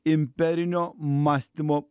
imperinio mąstymo